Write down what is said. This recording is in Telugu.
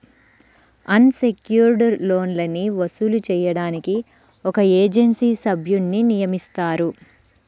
అన్ సెక్యుర్డ్ లోన్లని వసూలు చేయడానికి ఒక ఏజెన్సీ సభ్యున్ని నియమిస్తారు